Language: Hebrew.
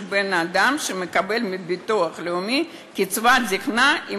אדם שמקבל מהביטוח הלאומי קצבת זיקנה עם